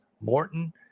Morton